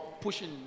pushing